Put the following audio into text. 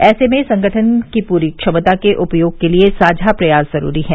ऐसे में संगठन की पूरी क्षमता के उपयोग के लिए साझा प्रयास जरूरी है